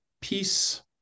peace